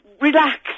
relax